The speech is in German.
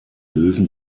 löwen